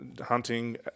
hunting